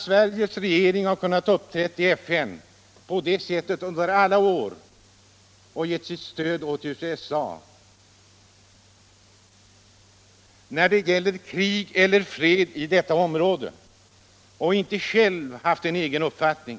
Sveriges regering har i FN under alla år givit sitt stöd åt USA när det gäller krig eller fred i detta område. Sverige har inte självt haft en cgen uppfattning.